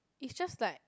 is just like